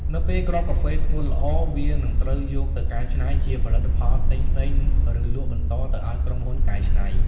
នៅពេលគ្រាប់កាហ្វេស្ងួតល្អ វានឹងត្រូវយកទៅកែច្នៃជាផលិតផលផ្សេងៗ ឬលក់បន្តទៅឱ្យក្រុមហ៊ុនកែច្នៃ។